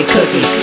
Cookie